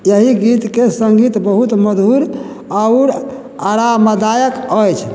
एहि गीतके सङ्गीत बहुत मधुर आओर आरामदायक अछि